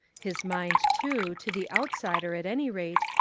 his mind, too, to the outsider at any rate,